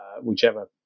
whichever